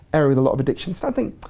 area with a lot of addiction. so, i think,